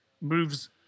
moves